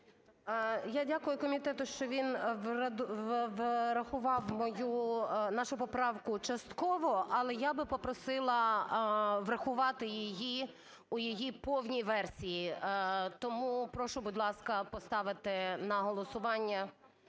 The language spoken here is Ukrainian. Я дякую комітету, що він врахував мою, нашу поправку частково, але я би попросила врахувати її у її повній версії. Тому прошу, будь ласка, поставити на голосування